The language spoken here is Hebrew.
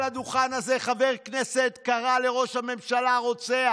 הדוכן הזה חבר כנסת קרא לראש הממשלה רוצח.